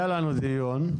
היה לנו דיון.